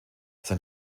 sein